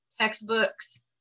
textbooks